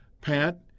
Pat